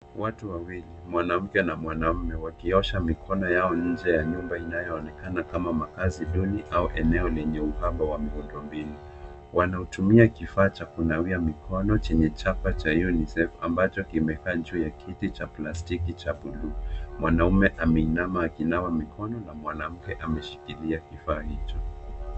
Watu wawili, mwanamke na mwanaume wakiosha mikono yao nje ya nyumba inayoonekana kama maakazi duni au eneo lenye uhaba wa miundombinu. Wanaotumia kifaa cha kunawia mikono chenye chapa cha Unisef ambacho kimekaa juu ya kiti cha plastiki cha buluu. Mwanume ameinama akinawa mikono na mwanamke ameshikilia kifaa hicho.